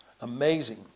Amazing